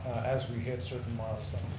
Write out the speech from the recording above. as we hit certain milestones.